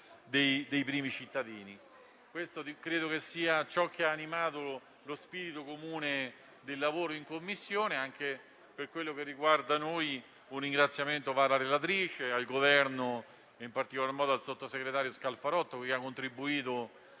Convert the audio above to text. Grazie a tutto